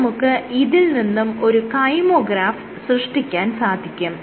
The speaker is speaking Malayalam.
ഇനി നമുക്ക് ഇതിൽ നിന്നും ഒരു കൈമോഗ്രാഫ് സൃഷ്ടിക്കാൻ സാധിക്കും